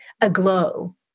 aglow